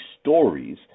stories